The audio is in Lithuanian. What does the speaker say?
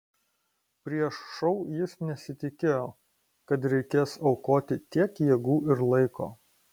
prieš šou jis nesitikėjo kad reikės aukoti tiek jėgų ir laiko